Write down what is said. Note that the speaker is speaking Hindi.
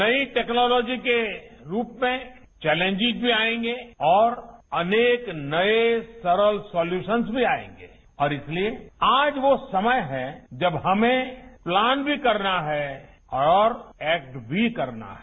नई टेक्नोलॉजी के रूप में चैलेंजेज भी आयेंगे और अनेक नये सरल सॉल्युशन्स भी आयेंगे और इसलिए आज वो समय है जब हमें प्लान भी करना है और एक्ट भी करना है